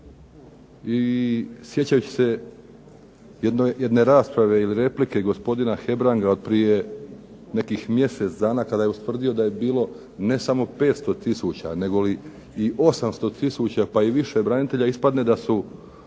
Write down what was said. i sjećajući se jedne rasprave ili replike gospodina Hebranga od prije nekih mjesec dana kada je ustvrdio da je bilo ne samo 500 tisuća nego i 800 tisuća pa i više branitelja, ispadne da su